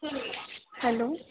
hello